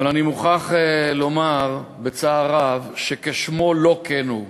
אבל אני מוכרח לומר בצער רב שכשמו לא כן הוא.